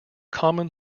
common